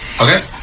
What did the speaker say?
okay